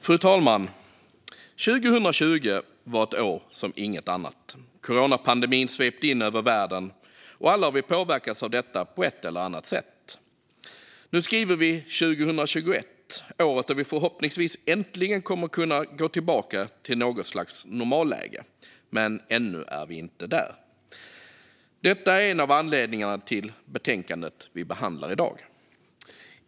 Frau talman! År 2020 var ett år som inget annat. Coronapandemin svepte in över världen, och alla har vi påverkats av detta på ett eller annat sätt. Nu skriver vi 2021, året då vi förhoppningsvis äntligen kommer att kunna gå tillbaka till något slags normalläge, men ännu är vi inte där. Detta är en av anledningarna till betänkandet vi behandlar i dag.